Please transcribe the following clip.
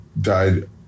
died